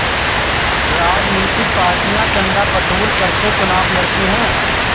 राजनीतिक पार्टियां चंदा वसूल करके चुनाव लड़ती हैं